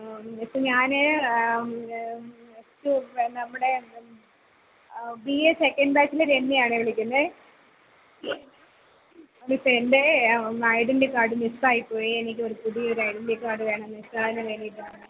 മിസ്സെ ഞാന് നമ്മുടെ ബി എ സെക്കൻഡ് ബാച്ചിലെ രമ്യയാണെ വിളിക്കുന്നെ മിസ്സെ എൻറ്റേ ഐഡൻ്റി കാർഡ് മിസായി പോയി എനിക്കൊരു പുതിയൊരു ഐഡൻ്റി കാഡ് വേണം മിസ്സെ അതിന് വേണ്ടിയിട്ടാണ്